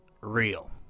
real